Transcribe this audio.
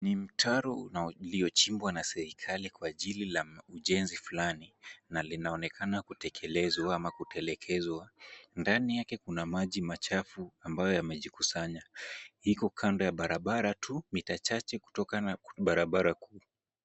Ni mtaro uliochimbwa na serikali kwa ajili la ujenzi fulani na linaonekana kutekelezwa au kutelekezwa. Ndani yake kuna maji machafu ambayo yamejikusanya. Iko kando ya barabara tu mita chache kutoka na barabara kuu.